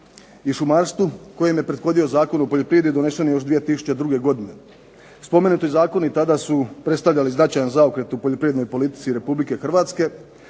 i šumarstvu kojem je prethodio Zakon o poljoprivredi donesen još 2002. godine. Spomenuti zakoni tada su predstavljali značajan zaokret u poljoprivrednoj politici Republike Hrvatske